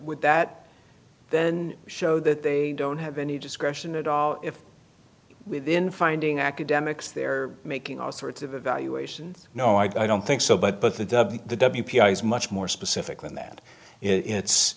would that then show that they don't have any discretion at all if within finding academics they're making all sorts of evaluations no i don't think so but the the w p r o is much more specific than that it's